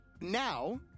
Now